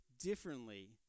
differently